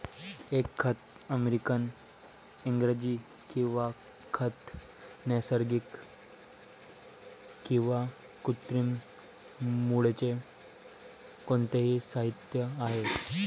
एक खत अमेरिकन इंग्रजी किंवा खत नैसर्गिक किंवा कृत्रिम मूळचे कोणतेही साहित्य आहे